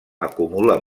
acumula